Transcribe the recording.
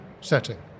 setting